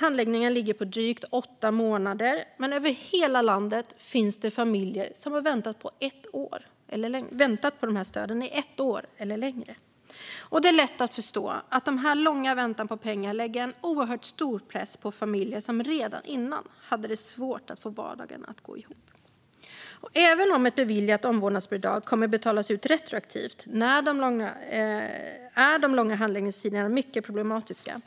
handläggningen ligger på drygt åtta månader, men över hela landet finns det familjer som har väntat på dessa stöd i ett år eller längre. Det är lätt att förstå att denna långa väntan på pengar lägger en oerhört stor press på familjer som redan innan hade svårt att få vardagen att gå ihop. Även om ett beviljat omvårdnadsbidrag kommer att betalas ut retroaktivt är de långa handläggningstiderna mycket problematiska.